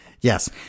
Yes